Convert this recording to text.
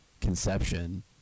conception